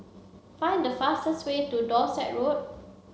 find the fastest way to Dorset Road